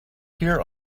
here